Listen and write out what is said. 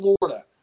Florida